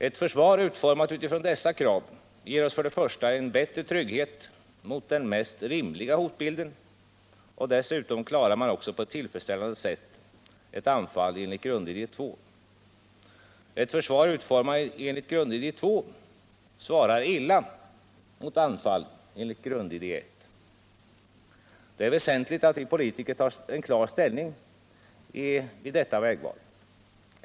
Ett försvar utformat utifrån dessa krav ger oss för det första en bättre trygghet mot den mest rimliga hotbilden, och för det andra klarar man också på ett tillfredsställande sätt ett anfall enligt grundidé 2. Ett försvar utformat enligt grundidé 2 svarar illa mot anfall enligt grundidé 1. Det är väsentligt att vi politiker tar klar ställning inför detta vägval.